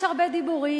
יש הרבה דיבורים,